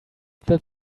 that